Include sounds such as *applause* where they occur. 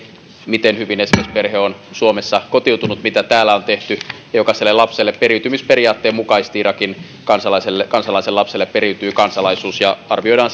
miten hyvin esimerkiksi perhe on suomessa kotiutunut mitä täällä on tehty jokaiselle lapselle periytymisperiaatteen mukaisesti irakin kansalaisen lapselle periytyy kansalaisuus ja arvioidaan *unintelligible*